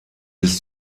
bis